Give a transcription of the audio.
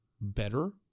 better